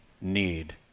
need